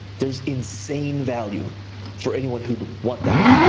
there's insane value for anyone who'd want that.